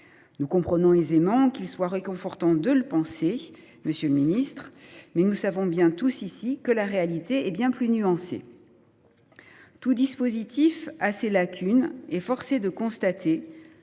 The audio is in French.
Nous comprenons aisément qu’il soit réconfortant de le penser, monsieur le ministre, mais nous savons tous ici que la réalité est bien plus nuancée. Tout dispositif a ses lacunes. Force est de constater